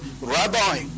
Rabbi